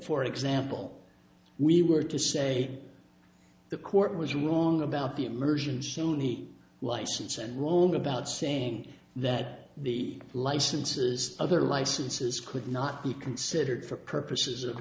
for example we were to say the court was wrong about the immersion suneet license and roam about saying that the licenses other licenses could not be considered for purposes of